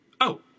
Oh